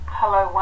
hello